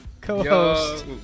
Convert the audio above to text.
co-host